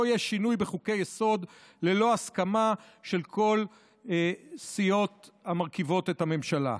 יהיה שינוי בחוקי-יסוד ללא הסכמה של כל הסיעות המרכיבות את הממשלה.